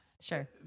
sure